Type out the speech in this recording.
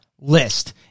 list